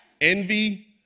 envy